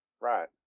Right